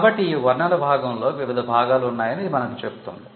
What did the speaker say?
కాబట్టి వర్ణన భాగంలో వివిధ భాగాలు ఉన్నాయని ఇది మనకు చెబుతుంది